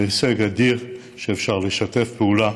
זה הישג אדיר שאפשר לשתף פעולה,